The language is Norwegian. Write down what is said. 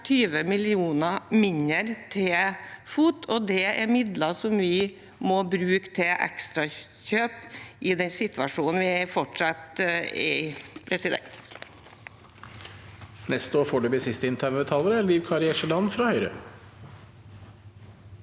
20 mill. kr mindre til FOT-ruter, og det er midler vi må bruke til ekstrakjøp i den situasjonen vi fortsatt er i.